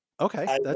Okay